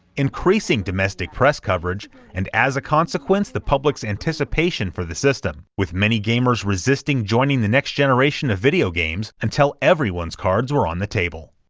increasing domestic press coverage and as a consequence, the public's anticipation for the system, with many gamers resisting joining the next generation of video games until everyone's cards were on the table.